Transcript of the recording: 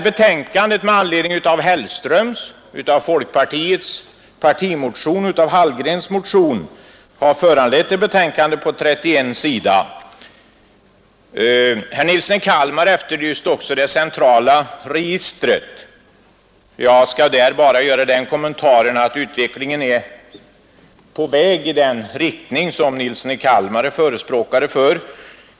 Herr Hellströms motion, folkpartiets partimotion och herr Hallgrens motion har föranlett ett betänkande på 31 sidor. Herr Nilsson i Kalmar efterlyste också det centrala registret. Jag skall bara göra den kommentaren att utvecklingen är på väg i den riktning som herr Nilsson i Kalmar är förespråkare för.